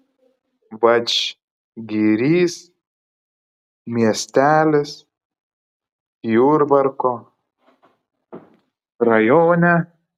vadžgirys miestelis jurbarko rajone